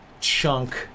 chunk